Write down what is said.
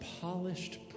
polished